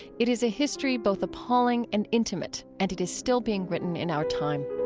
it is a history both appalling and intimate, and it is still being written in our time